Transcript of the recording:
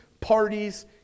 parties